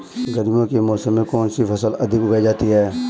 गर्मियों के मौसम में कौन सी फसल अधिक उगाई जाती है?